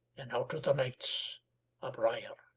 and out o' the knight's a brier.